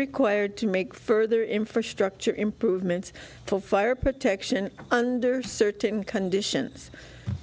required to make further infrastructure improvements for fire protection under certain conditions